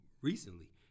recently